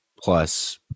plus